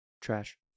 Trash